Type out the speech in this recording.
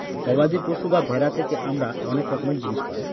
গবাদি পশু বা ভেড়া থেকে আমরা অনেক রকমের জিনিস পায়